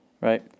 right